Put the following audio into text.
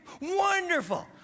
wonderful